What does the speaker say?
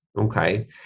okay